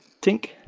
Tink